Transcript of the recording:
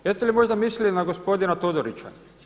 Jeste li možda mislili na gospodina Todorića?